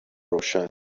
روشن